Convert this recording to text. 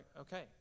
okay